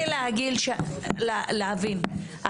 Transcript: רציתי להבין,